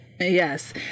Yes